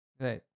right